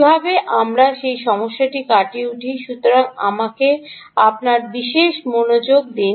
কীভাবে আমরা এই সমস্যাটি কাটিয়ে উঠি সুতরাং আমাকে আপনার বিশেষ মনোযোগ দিন